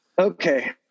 Okay